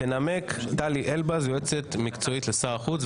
תנמק טלי אלבז, יועצת מקצועית לשר החוץ.